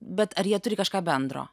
bet ar jie turi kažką bendro